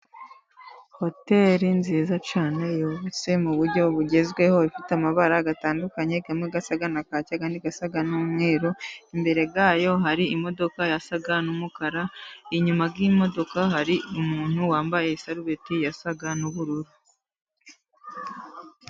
Hoteri nziza cyane yubatse mu buryo bugezweho, ifite amabara atandukanye, amwe asa na kake ayandi asa n'umweru, imbere yayo hari imodoka isa n'umukara, inyuma y'imodoka hari umuntu wambaye isarubeti isa n'ubururu.